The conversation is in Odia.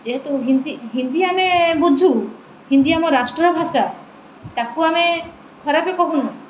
ଯେହେତୁ ହିନ୍ଦୀ ହିନ୍ଦୀ ଆମେ ବୁଝୁ ହିନ୍ଦୀ ଆମ ରାଷ୍ଟ୍ର ଭାଷା ତାକୁ ଆମେ ଖରାପ କହୁନୁ